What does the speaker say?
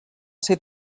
ser